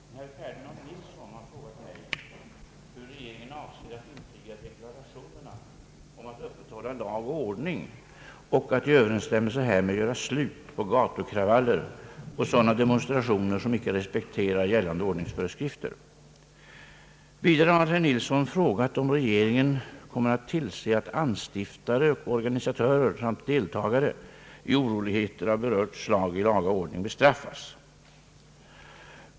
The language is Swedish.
Herr talman! Herr Ferdinand Nilsson har frågat mig hur regeringen avser att infria deklarationerna om att upprätthålla lag och ordning och att i överensstämmelse härmed göra slut på gatukravaller och sådana demonstrationer, som icke respekterar gällande ordningsföreskrifter. Vidare har herr Nilsson frågat om regeringen kommer att tillse att anstiftare och organisatörer samt deltagare i oroligheter av berört slag i laga ordning bestraffas.